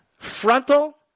Frontal